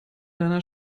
deiner